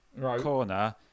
corner